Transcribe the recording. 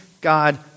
God